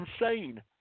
insane